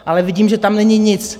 Ale vidím, že tam není nic.